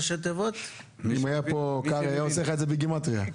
הסברת שההוראות האלה יחולו רק על שלושה בתי דין?